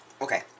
Okay